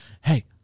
hey